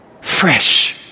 fresh